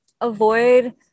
avoid